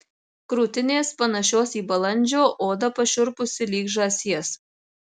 krūtinės panašios į balandžio oda pašiurpusi lyg žąsies